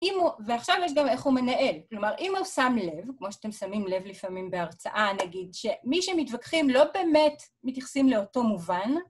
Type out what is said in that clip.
אם הוא, ועכשיו יש גם איך הוא מנהל. כלומר, אם הוא שם לב, כמו שאתם שמים לב לפעמים בהרצאה, נגיד, שמי שמתווכחים לא באמת מתייחסים לאותו מובן,